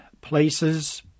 places